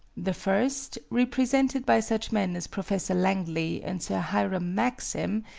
the first, represented by such men as professor langley and sir hiram maxim,